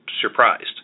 surprised